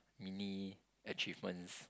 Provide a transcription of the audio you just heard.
mini achievements